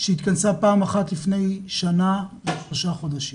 שהתכנסה פעם אחת לפני שנה ושלושה חודשים.